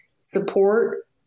support